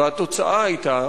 והתוצאה היתה